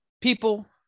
people